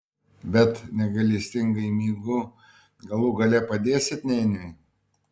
bet negailestingai mygu galų gale padėsite nėniui